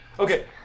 Okay